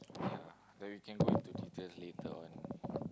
yeah like we can go into details later on